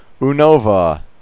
Unova